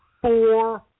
four